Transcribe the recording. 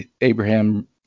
Abraham